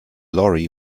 lorry